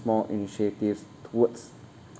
small initiatives towards